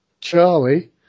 Charlie